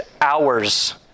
hours